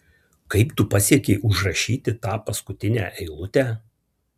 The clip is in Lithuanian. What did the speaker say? kaip tu pasiekei užrašyti tą paskutinę eilutę